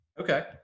Okay